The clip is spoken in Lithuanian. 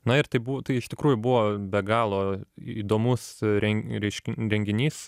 na ir tai bū tai iš tikrųjų buvo be galo įdomus ren reišk renginys